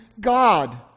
God